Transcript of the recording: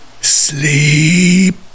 Sleep